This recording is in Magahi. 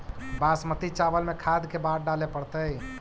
बासमती चावल में खाद के बार डाले पड़तै?